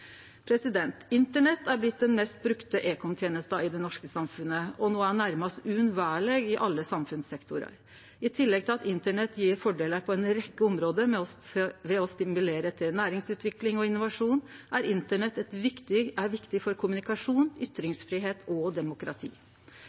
Internett er blitt den mest brukte ekomtenesta i det norske samfunnet og er no nærmast uunnverleg i alle samfunnssektorer. I tillegg til at internett gjev fordelar på ei rekkje område ved å stimulere til næringsutvikling og innovasjon, er internett viktig for kommunikasjon, ytringsfridom og demokrati.